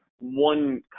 one